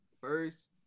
first